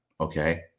Okay